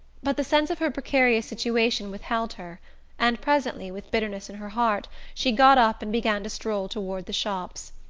but the sense of her precarious situation withheld her and presently, with bitterness in her heart, she got up and began to stroll toward the shops.